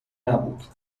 نبود